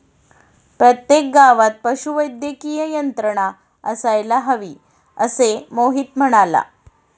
प्रत्येक गावात पशुवैद्यकीय यंत्रणा असायला हवी, असे मोहित म्हणाला